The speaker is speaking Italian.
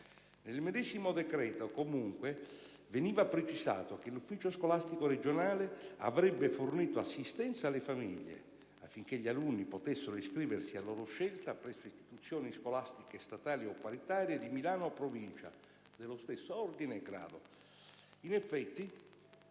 Nel medesimo decreto, comunque, veniva precisato che l'ufficio scolastico regionale avrebbe fornito assistenza alle famiglie affinché gli alunni potessero iscriversi a loro scelta presso istituzioni scolastiche statali o paritarie di Milano o Provincia dello stesso ordine e grado. In effetti,